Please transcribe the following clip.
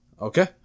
Okay